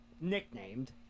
nicknamed